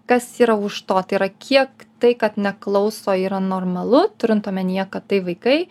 kas yra už to tai yra kiek tai kad neklauso yra normalu turint omenyje kad tai vaikai